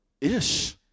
ish